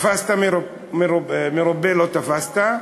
תפסת מרובה לא תפסת,